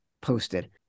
posted